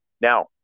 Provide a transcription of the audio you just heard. Now